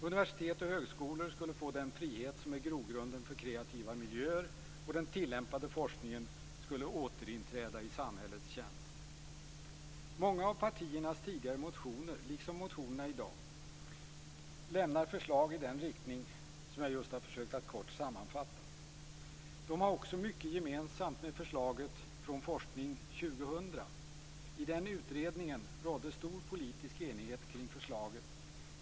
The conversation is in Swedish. Universitet och högskolor skulle få den frihet som är grogrund för kreativa miljöer, och den tillämpade forskningen skulle återinträda i samhällets tjänst. Många av partiernas tidigare motioner, liksom motionerna i dag, lämnar förslag i den riktning som jag just har försökt att kort sammanfatta. De har också mycket gemensamt med förslaget från Forskning 2000. I den utredningen rådde stor politisk enighet kring förslagen.